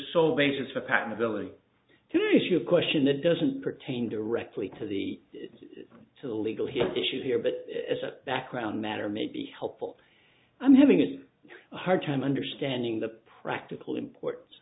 sole basis for patentability to issue a question that doesn't pertain directly to the to the legal hit issue here but as a background matter may be helpful i'm having a hard time understanding the practical import